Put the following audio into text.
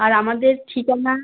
আর আমাদের ঠিকানা